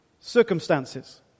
circumstances